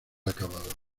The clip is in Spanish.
acabado